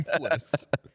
list